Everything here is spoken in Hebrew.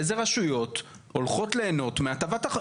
איזה רשויות הולכות ליהנות מהחוק הזה?